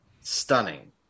stunning